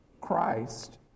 Christ